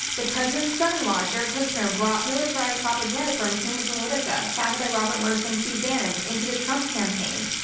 the president's son in law jared kushner brought militarized propaganda from cambridge analytica founded by robert mercer and steve bannon into the trump campaign.